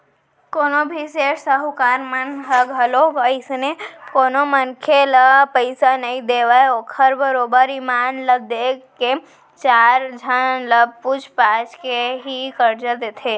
कोनो भी सेठ साहूकार मन ह घलोक अइसने कोनो मनखे ल पइसा नइ देवय ओखर बरोबर ईमान ल देख के चार झन ल पूछ पाछ के ही करजा देथे